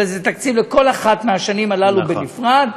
אלא זה תקציב לכל אחת מהשנים האלה בנפרד.